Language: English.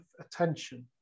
attention